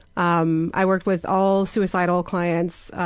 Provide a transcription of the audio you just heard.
um i worked with all suicidal clients,